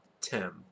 Tim